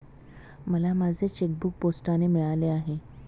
मला माझे चेकबूक पोस्टाने मिळाले आहे